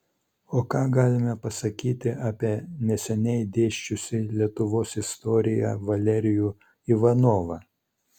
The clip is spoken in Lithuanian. o ką galime pasakyti apie neseniai dėsčiusį lietuvos istoriją valerijų ivanovą